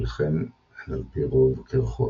ולכן הן על-פי רוב קירחות.